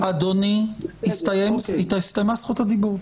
הסתיימה זכות הדיבור.